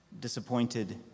disappointed